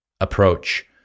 approach